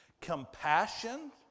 Compassion